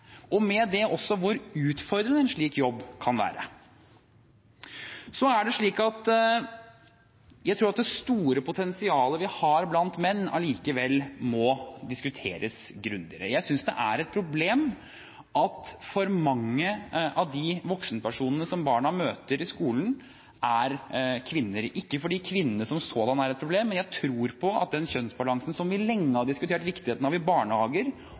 og med det også hvor utfordrende en slik jobb kan være. Jeg tror at det store potensialet vi har blant menn, allikevel må diskuteres grundigere. Jeg synes det er et problem at for mange av de voksenpersonene som barna møter i skolen, er kvinner – ikke fordi kvinnene som sådan er et problem, men jeg tror at kjønnsbalansen i barnehagene, som vi lenge har diskutert viktigheten av, også er viktig i